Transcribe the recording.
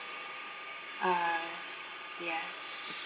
uh yeah